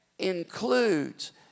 includes